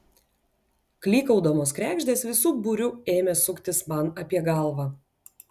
klykaudamos kregždės visu būriu ėmė suktis man apie galvą